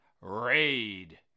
Raid